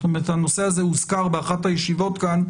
הנושא הזה הוזכר באחת הישיבות כאן.